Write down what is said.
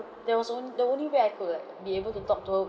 there was on~ the only way I could like be able to talk to her